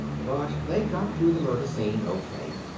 but they got through the murder scene okay.